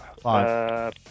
Five